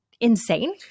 insane